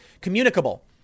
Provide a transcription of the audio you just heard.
communicable